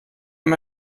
mir